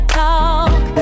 talk